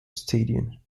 stadion